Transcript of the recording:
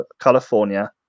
California